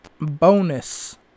bonus